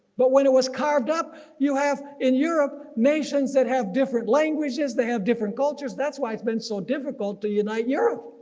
but when it was carved up you have in europe nations that have different languages they have different cultures. that's why it's been so difficult to unite europe